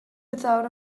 without